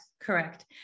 Correct